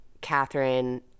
Catherine